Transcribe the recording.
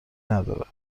ندارد